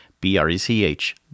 B-R-E-C-H